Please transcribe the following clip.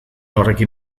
horrekin